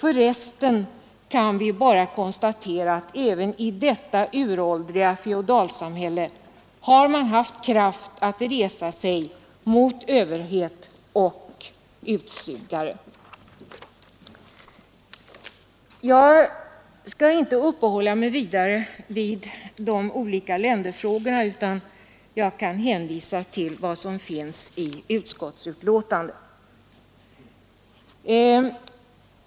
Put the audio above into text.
För resten kan vi konstatera att även i detta uråldriga feodalsamhälle har folket haft kraft att resa sig mot överhet och utsugare. Jag skall inte uppehålla mig vidare vid de olika länderfrågorna, utan jag kan hänvisa till vad som står i utskottsbetänkandet.